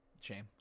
Shame